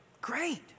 great